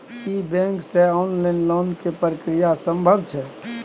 की bank से online loan के प्रक्रिया संभव छै?